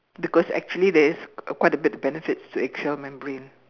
because actually there is a quite a bit of benefits to egg shell membrane